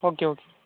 okay okay